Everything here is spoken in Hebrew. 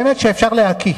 באמת שאפשר להקיא.